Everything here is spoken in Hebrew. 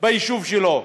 ביישוב שלו.